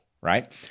right